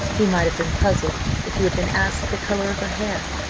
he might have been puzzled if he had been asked the colour of her hair.